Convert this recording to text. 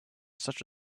such